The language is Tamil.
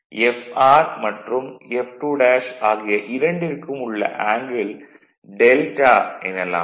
Fr மற்றும் F2' ஆகிய இரண்டிற்கும் உள்ள ஆங்கிள் டெல்டா எனலாம்